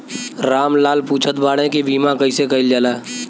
राम लाल पुछत बाड़े की बीमा कैसे कईल जाला?